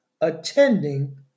attending